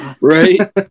Right